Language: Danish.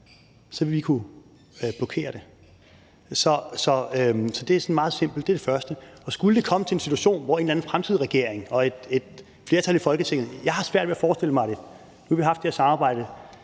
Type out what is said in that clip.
så ville vi kunne blokere det. Så det er sådan meget simpelt. Det er det første. Skulle det komme til en situation, hvor der var en eller anden fremtidig regering og et flertal i Folketinget – jeg har svært ved at forestille mig det, for nu har vi haft det her samarbejde